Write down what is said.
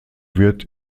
wird